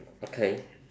okay